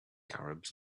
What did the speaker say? arabs